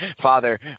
Father